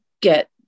get